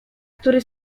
który